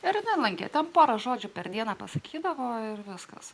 ar ne bankete porą žodžių per dieną pasakydavo ir viskas